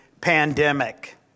pandemic